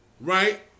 right